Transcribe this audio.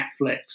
Netflix